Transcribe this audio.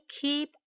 keep